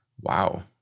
Wow